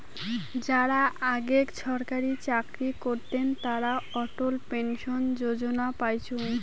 যারা আগেক ছরকারি চাকরি করতেন তারা অটল পেনশন যোজনা পাইচুঙ